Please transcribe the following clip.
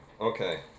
Okay